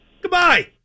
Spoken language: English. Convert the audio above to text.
Goodbye